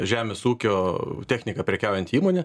žemės ūkio technika prekiaujanti įmonė